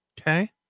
Okay